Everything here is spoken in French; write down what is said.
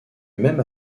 même